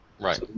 Right